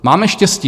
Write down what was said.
Máme štěstí.